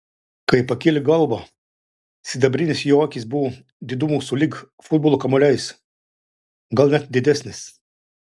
kai pakėlė galvą sidabrinės jo akys buvo didumo sulig futbolo kamuoliais gal net didesnės